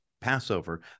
Passover